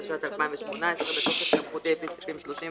התשע"ט-2018 בתוקף סמכותי לפי סעיפים 31